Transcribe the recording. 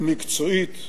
היא מקצועית,